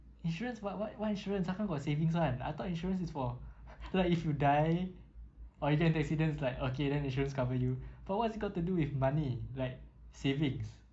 insurance what what what insurance how come got savings [one] I thought insurance is for like if you die or if you have accident is like okay then insurance cover you but what is it got to do with money like savings